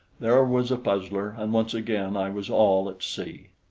there was a puzzler, and once again i was all at sea.